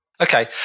Okay